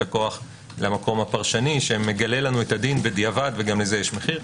הכוח למקום הפרשני שמגלה לנו את הדין בדיעבד וגם לזה יש מחיר.